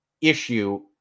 issue